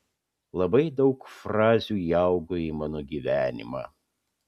labai daug frazių įaugo į mano gyvenimą